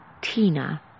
Tina